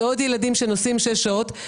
זה עוד ילדים שנוסעים שש שעות,